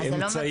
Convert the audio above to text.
האמצעים.